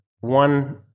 one